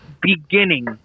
beginning